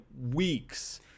weeks